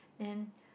then